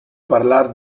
parlar